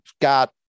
got